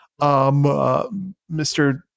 Mr